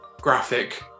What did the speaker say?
graphic